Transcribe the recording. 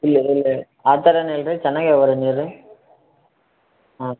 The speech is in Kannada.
ಇಲ್ಲ ಇಲ್ಲ ಆ ಥರ ಏನಿಲ್ರಿ ಚೆನ್ನಾಗೆ ಇವೆ ನೀರು ಹಾಂ